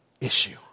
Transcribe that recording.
issue